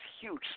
huge